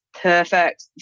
perfect